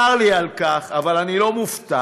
צר לי על כך, אבל אני לא מופתע.